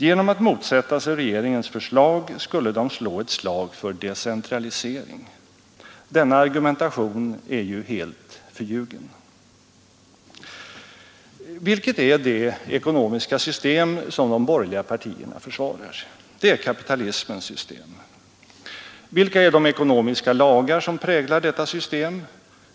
Genom att motsätta sig regeringens förslag skulle de slå ett slag för decentralisering. Denna argumentation är ju helt förljugen. Vilket är det ekonomiska system som de borgerliga partierna försvarar? Det är kapitalismens system. Vilka är de ekonomiska lagar som präglar detta system?